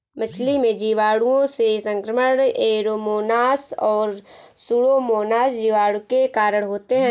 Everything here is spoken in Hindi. मछली में जीवाणुओं से संक्रमण ऐरोमोनास और सुडोमोनास जीवाणु के कारण होते हैं